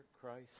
Christ